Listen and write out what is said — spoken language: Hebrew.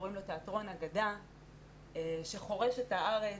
שקוראים לו תיאטרון אגדה שחורש את הארץ,